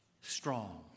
Strong